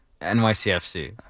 NYCFC